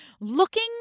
looking